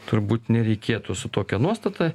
turbūt nereikėtų su tokia nuostata